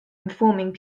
informing